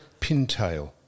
pintail